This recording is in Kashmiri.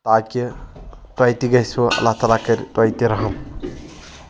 تاکہِ تۄہہِ تہِ گژھِو اللہ تعالیٰ کٔرِتھ تۄہہِ تہِ رَحم